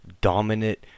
dominant